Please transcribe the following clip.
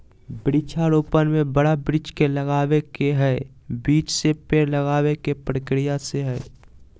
वृक्षा रोपण में बड़ा वृक्ष के लगावे के हई, बीज से पेड़ लगावे के प्रक्रिया से हई